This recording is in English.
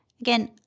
Again